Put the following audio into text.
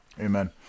Amen